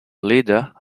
leader